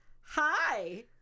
hi